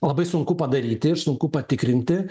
labai sunku padaryti ir sunku patikrinti